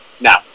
now